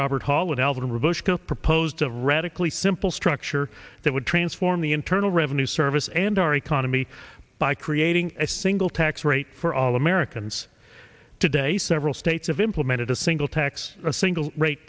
robert hall with alvin reversed the proposed of radically simple structure that would transform the internal revenue service and our economy by creating a single tax rate for all americans today several states of implemented a single tax a single rate